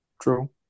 True